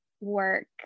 work